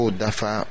dafa